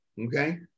okay